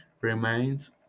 remains